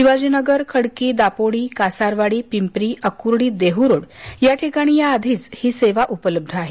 शिवाजीनगर खडकी दापोडी कासारवाडी पिंपरी ओक्र्डी देहरोड या ठिकाणी या आधीच ही सेवा उपलब्ध आहे